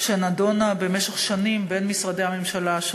שנדונה במשך שנים בין משרדי הממשלה.